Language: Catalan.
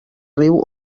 riu